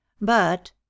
But